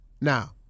Now